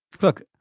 Look